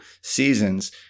seasons